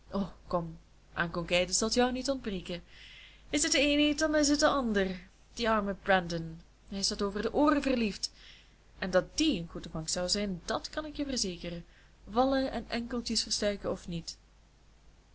kom aan conquête's zal t jou niet ontbreken is het de een niet dan is het de ander die arme brandon hij is tot over de ooren verliefd en dat die een goede vangst zou zijn dàt kan ik je verzekeren vallen en enkeltjes verstuiken of niet